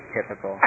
Typical